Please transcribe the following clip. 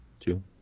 two